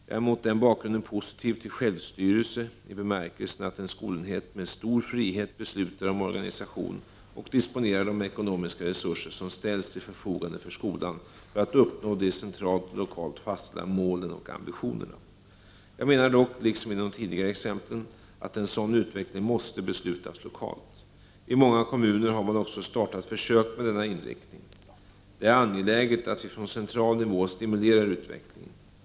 Jag är mot den bakgrunden positiv till självstyre i bemärkelsen att en skolenhet med stor frihet beslutar om organisation och disponerar de ekonomiska resurser som ställts till förfogande för skolan för att uppnå de centralt och lokalt fastställda målen och ambitionerna. Jag menar dock, liksom i de tidigare exemplen, att en sådan utveckling måste beslutas lokalt. I många kommuner har man också startat försök med denna inriktning. Det är angeläget att vi från central nivå stimulerar utvecklingen.